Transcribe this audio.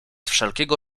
wszelkiego